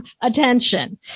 attention